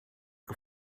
que